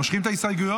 מושכים את ההסתייגויות?